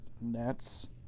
Nets